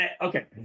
Okay